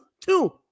Two